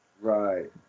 Right